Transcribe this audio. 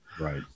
right